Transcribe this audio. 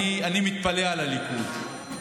אני מתפלא על הליכוד,